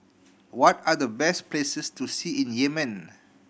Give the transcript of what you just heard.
what are the best places to see in Yemen